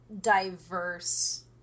diverse